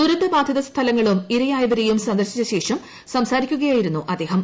ദുരന്ത ബാധിത സ്ഥലങ്ങളും ഇരയായവരേയും സന്ദർശിച്ച ശേഷം സംസാരിക്കുകയായിരുന്നു അദ്ദേഹം